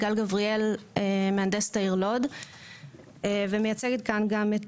אני מהנדסת העיר לוד ומייצגת כאן גם את